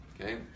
Okay